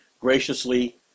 graciously